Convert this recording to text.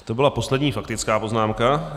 To byla poslední faktická poznámka.